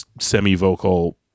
semi-vocal